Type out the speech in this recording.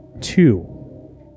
Two